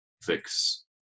fix